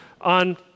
on